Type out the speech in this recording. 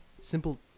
simple